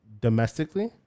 domestically